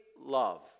love